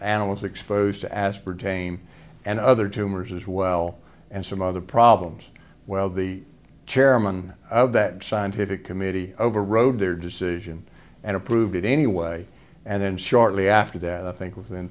analysts exposed to aspartame and other tumors as well and some other problems well the chairman of that scientific committee overrode their decision and approved it anyway and then shortly after that i think within